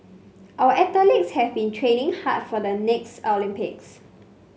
our athletes have been training hard for the next Olympics